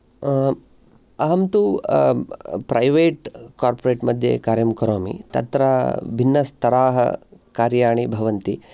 अहं तु private corporate मध्ये कार्यं करोमि तत्र भिन्नस्तराः कार्याणि भवन्ति